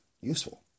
useful